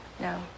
No